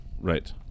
Right